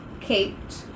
Kate